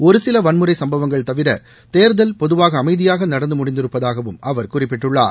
ஒருசில வன்முறை சம்பவங்கள் தவிர தேர்தல் பொதுவாக அமைதியாக நடந்து முடிந்திருப்பதாகவும் அவர் குறிப்பிட்டுள்ளார்